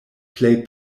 plej